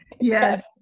Yes